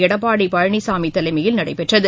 எடப்பாடி பழனிசாமி தலைமையில் நடைபெற்றகு